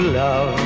love